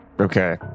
Okay